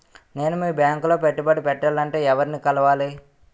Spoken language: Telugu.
నేను మీ బ్యాంక్ లో పెట్టుబడి పెట్టాలంటే ఎవరిని కలవాలి?